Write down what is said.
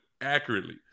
accurately